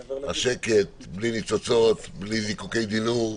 השקט, בלי ניצוצות, בלי זיקוקי די נור,